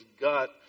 gut